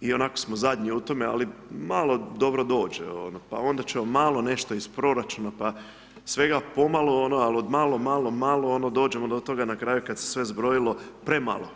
ionako smo zadnji u tome, ali malo dobro dođe, pa onda ćemo malo nešto iz proračuna pa svega pomalo ali od malo, malo, malo dođemo do toga na kraju kada se sve zbrojilo premalo.